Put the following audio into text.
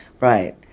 Right